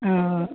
ആ